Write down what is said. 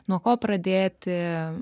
nuo ko pradėti